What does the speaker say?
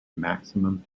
maximum